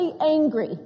angry